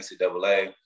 NCAA